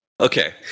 Okay